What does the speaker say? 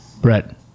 Brett